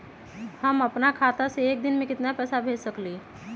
हम अपना खाता से एक दिन में केतना पैसा भेज सकेली?